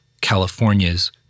California's